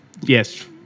Yes